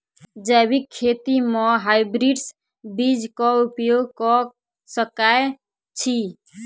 जैविक खेती म हायब्रिडस बीज कऽ उपयोग कऽ सकैय छी?